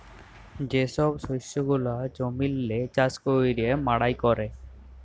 যে ছব শস্য গুলা জমিল্লে চাষ ক্যইরে মাড়াই ক্যরে